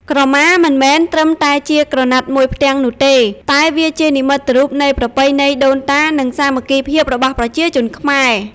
ក្រមា មិនមែនត្រឹមតែជាក្រណាត់មួយផ្ទាំងនោះទេ តែវាជានិមិត្តរូបនៃប្រពៃណីដូនតា និងសាមគ្គីភាពរបស់ប្រជាជនខ្មែរ។